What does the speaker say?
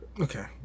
okay